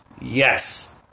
yes